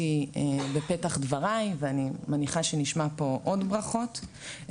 בפתח דבריי ואני מניחה שנשמע פה עוד ברכות,